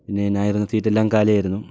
പിന്നെ ഞാൻ ഇരുന്ന സീറ്റെല്ലാം കാലിയായിരുന്നു